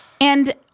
And-